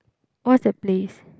what's that place